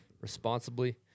responsibly